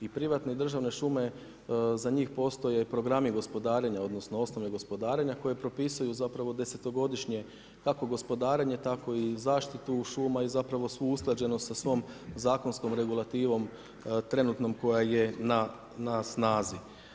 I privatne i državne šume za njih postoje programi gospodarenja, odnosno osnove gospodarenja koje propisuju zapravo desetogodišnje kako gospodarenje tako i zaštitu šuma i zapravo svu usklađenost sa svom zakonskom regulativom trenutnom koja je na snazi.